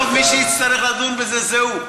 בסוף מי שיצטרך לדון בזה זה הוא,